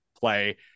play